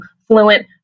fluent